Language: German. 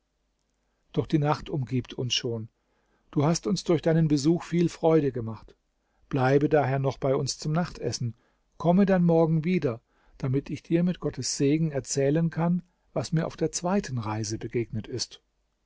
doch die nacht umgibt uns schon du hast uns durch deinen besuch viel freude gemacht bleibe daher noch bei uns zum nachtessen komme dann morgen wieder damit ich dir mit gottes segen erzählen kann was mir auf der zweiten reise begegnet ist